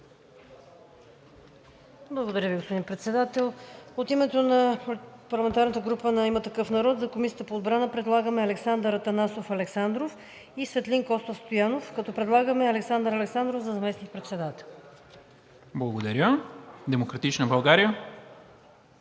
Благодаря Ви, господин Председател. От името на парламентарната група на „Има такъв народ“ за Комисията по отбрана предлагам Александър Атанасов Александров и Светлин Костов Стоянов, като предлагаме Александър Александров за заместник-председател. ПРЕДСЕДАТЕЛ НИКОЛА МИНЧЕВ: Благодаря.